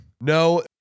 No